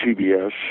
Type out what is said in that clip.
CBS